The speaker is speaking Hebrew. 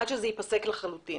עד שזה ייפסק לחלוטין.